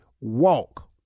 walk